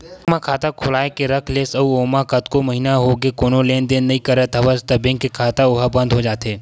bank म खाता खोलाके के रख लेस अउ ओमा कतको महिना होगे कोनो लेन देन नइ करत हवस त बेंक के खाता ओहा बंद हो जाथे